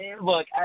Look